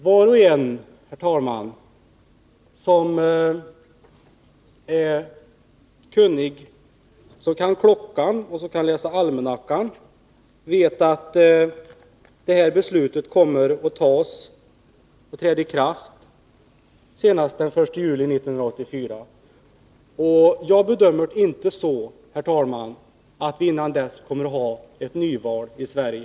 Var och en, herr talman, som är kunnig, som kan klockan och som kan läsa almanackan vet att det beslut som nu skall fattas kommer att träda i kraft senast den 1 juli 1984. Jag bedömer det inte så, herr talman, att vi innan dess kommer att ha ett nyval i Sverige.